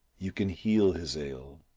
you can heal his ail.